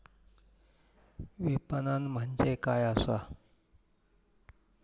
विपणन म्हणजे काय असा?